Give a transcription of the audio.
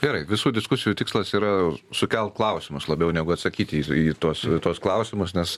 gerai visų diskusijų tikslas yra sukelt klausimus labiau negu atsakyti į tuos tuos klausimus nes